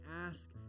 ask